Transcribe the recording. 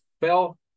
Fell